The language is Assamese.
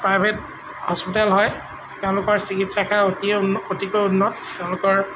প্ৰাইভেট হস্পিতাল হয় তেওঁলোকৰ চিকিৎসা সেৱা অতিয়েই উন্ন অতিকৈ উন্নত তেওঁলোকৰ